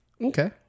okay